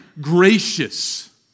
gracious